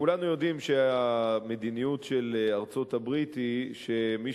כולנו יודעים שהמדיניות של ארצות-הברית היא שמי